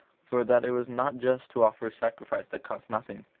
for that it was not just to offer a sacrifice that cost nothing.